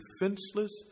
defenseless